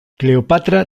cleopatra